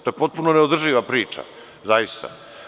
To je potpuno neodrživa priča, zaista.